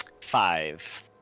five